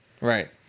Right